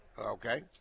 Okay